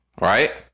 right